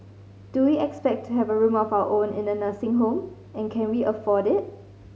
do we expect to have a room of our own in a nursing home and can we afford it